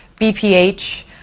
BPH